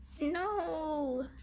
No